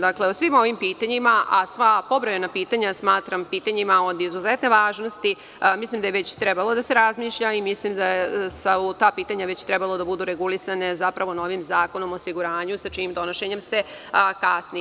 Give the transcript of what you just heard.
Dakle, o svim ovim pitanjima, a sva pobrojana pitanja smatram pitanjima od izuzetne važnosti, mislim da je već trebalo da se razmišlja i mislim da su ta pitanja već treba da budu regulisana, zapravo novim Zakonom o osiguranju, sa čijim donošenjem se kasni.